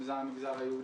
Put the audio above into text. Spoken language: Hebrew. אם זה המגזר היהודי,